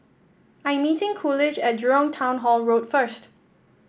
I'm meeting Coolidge at Jurong Town Hall Road first